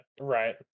Right